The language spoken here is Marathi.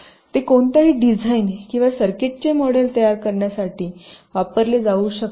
ते कोणत्याही डिझाइन कोणत्याही सर्किटचे मॉडेल तयार करण्यासाठी वापरले जाऊ शकतात